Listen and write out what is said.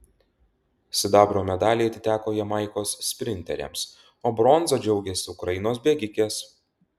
sidabro medaliai atiteko jamaikos sprinterėms o bronza džiaugėsi ukrainos bėgikės